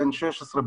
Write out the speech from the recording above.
בן 16,